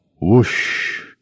Whoosh